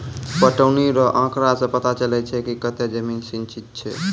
पटौनी रो आँकड़ा से पता चलै छै कि कतै जमीन सिंचित छै